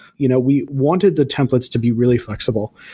you know we wanted the templates to be really flexible.